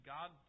God